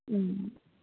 ம்